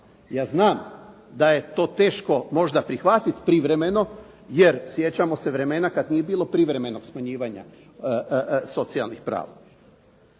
Ja znam da je to teško možda prihvatiti privremeno, jer sjećamo se vremena kad nije bilo privremenog smanjivanja socijalnih prava.